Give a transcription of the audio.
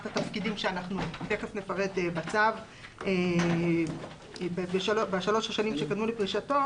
התפקידים שתיכף נפרט בצו בשלוש השנים שקדמו לפרישתו.